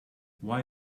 why